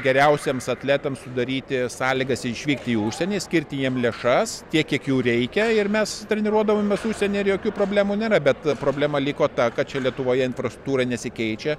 geriausiems atletams sudaryti sąlygas išvykti į užsienį skirti jiems lėšas tiek kiek jų reikia ir mes treniruodavomės užsieny ir jokių problemų nėra bet problema liko ta kad čia lietuvoje infrastruktūra nesikeičia